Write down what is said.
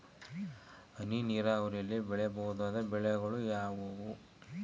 ಹನಿ ನೇರಾವರಿಯಲ್ಲಿ ಬೆಳೆಯಬಹುದಾದ ಬೆಳೆಗಳು ಯಾವುವು?